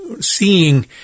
seeing